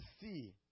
see